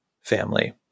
family